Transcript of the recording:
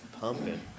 pumping